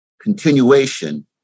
continuation